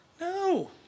No